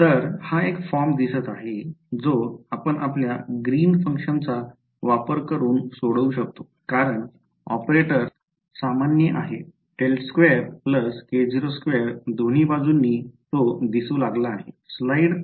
तर हा एक फॉर्म दिसत आहे जो आपण आपल्या ग्रीन फंक्शनचा वापर करून सोडवू शकतो कारण ऑपरेटर सामान्य आहे ∇2 k02 दोन्ही बाजूंनी तो दिसू लागला आहे